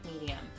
medium